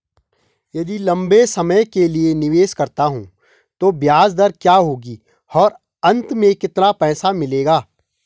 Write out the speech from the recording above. यदि लंबे समय के लिए निवेश करता हूँ तो ब्याज दर क्या होगी और अंत में कितना पैसा मिलेगा?